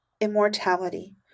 immortality